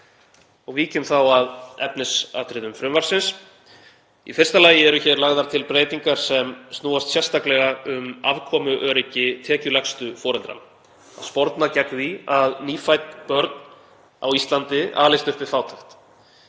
Víkjum þá að efnisatriðum frumvarpsins. Í fyrsta lagi eru lagðar til breytingar sem snúast sérstaklega um afkomuöryggi tekjulægstu foreldra og að sporna gegn því að nýfædd börn á Íslandi alist upp við fátækt.